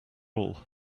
all